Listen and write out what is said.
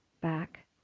back